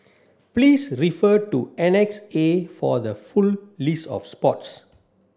please refer to Annex A for the full list of sports